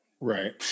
Right